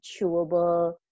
chewable